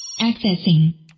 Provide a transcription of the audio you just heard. Accessing